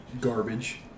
Garbage